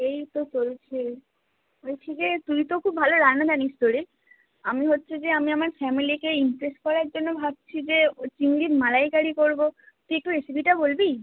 এই তো চলছে বলছি যে তুই তো খুব ভালো রান্না জানিস তো রে আমি হচ্ছে যে আমি আমার ফ্যামিলিকে ইমপ্রেস করার জন্য ভাবছি যে ওই চিংড়ির মালাইকারী করবো তুই একটু রেসিপিটা বলবি